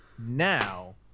Now